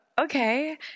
okay